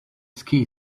ski